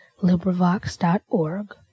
LibriVox.org